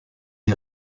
les